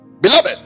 Beloved